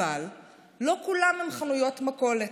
אבל לא כולם הם חנויות מכולת,